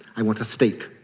i want a steak,